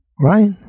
right